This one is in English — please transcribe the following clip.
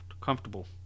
comfortable